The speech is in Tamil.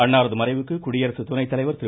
அன்னாரது மறைவுக்கு குடியரசு துணை தலைவர் திரு